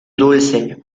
dulce